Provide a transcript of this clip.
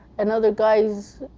and other guys